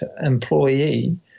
employee